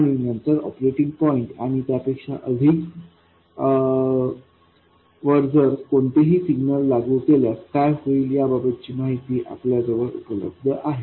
आणि नंतर operating point आणि त्यापेक्षा अधिक वर जर कोणतेही सिग्नल लागू केल्यास काय होईल या बाबतची माहिती आपल्या जवळ उपलब्ध आहे